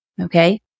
Okay